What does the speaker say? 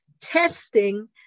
testing